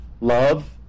love